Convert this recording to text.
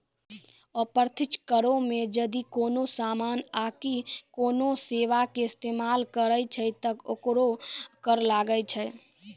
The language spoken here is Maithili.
अप्रत्यक्ष करो मे जदि कोनो समानो आकि कोनो सेबा के इस्तेमाल करै छै त ओकरो कर लागै छै